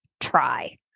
try